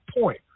point